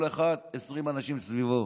כל אחד, 20 אנשים סביבו.